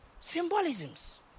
Symbolisms